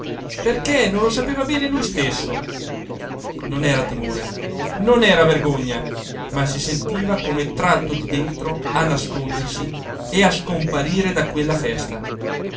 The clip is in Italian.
perché non lo sapeva bene lui stesso non era timore non era vergogna ma si sentiva come tratto di dentro a nascondersi e a scomparire da quella festa